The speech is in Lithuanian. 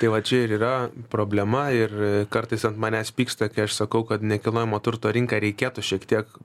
tai vat čia ir yra problema ir kartais ant manęs pyksta kai aš sakau kad nekilnojamo turto rinką reikėtų šiek tiek